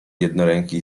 jednoręki